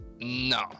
No